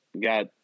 got –